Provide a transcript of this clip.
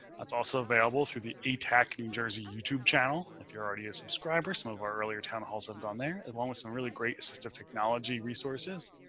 that's also available through the attack, new jersey youtube channel. if you're already a subscriber, some of our earlier town halls, i've gone there as long as some really great assistive technology resources.